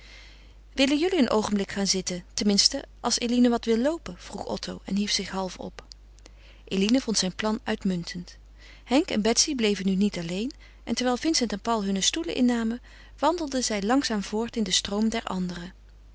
willen jullie een oogenblik gaan zitten ten minste als eline wat wil loopen vroeg otto en hief zich half op eline vond zijn plan uitmuntend henk en betsy bleven nu niet alleen en terwijl vincent en paul hunne stoelen innamen wandelden zij langzaam voort in den stroom der anderen